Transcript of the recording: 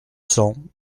cents